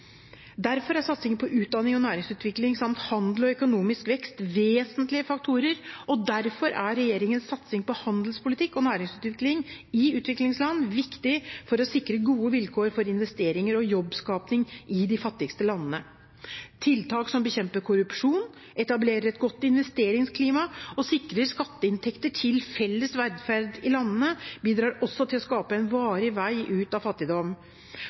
Derfor er satsingen på utdanning og næringsutvikling samt handel og økonomisk vekst vesentlige faktorer, og derfor er regjeringens satsing på handelspolitikk og næringsutvikling i utviklingsland viktig for å sikre gode vilkår for investeringer og jobbskaping i de fattigste landene. Tiltak som bekjemper korrupsjon, etablerer et godt investeringsklima og sikrer skatteinntekter til felles velferd i landene, bidrar også til å skape en varig vei ut av fattigdom.